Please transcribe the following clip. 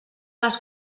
les